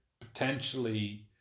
potentially